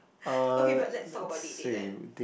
okay but let's talk about date date then